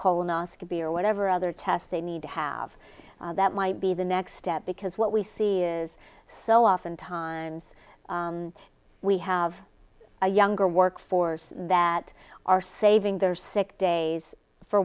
b or whatever other tests they need to have that might be the next step because what we see is so oftentimes we have a younger workforce that are saving their sick days for